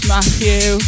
Matthew